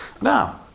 Now